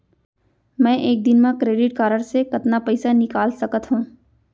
मैं एक दिन म क्रेडिट कारड से कतना पइसा निकाल सकत हो?